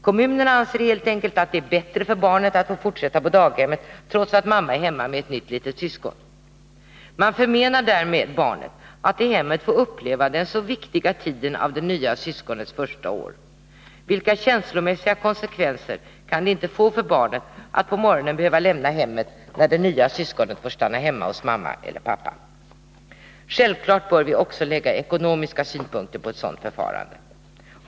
Kommunerna anser helt enkelt att det är bättre för barnet att få fortsätta på daghemmet trots att mamma är hemma med ett nytt litet syskon. Man förmenar därmed barnet att i hemmet få uppleva den så viktiga tiden av det nya syskonets första år. Vilka känslomässiga konsekvenser kan det inte få för barnet att på morgonen behöva lämna hemmet när det nya syskonet får stanna hemma hos mamma eller pappa? Självfallet bör vi också lägga ekonomiska synpunkter på ett sådant här förfarande.